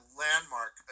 landmark